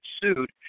sued